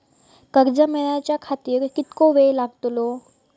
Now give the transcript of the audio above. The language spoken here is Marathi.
कर्ज मेलाच्या खातिर कीतको वेळ लागतलो?